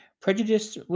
Prejudice